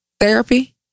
Therapy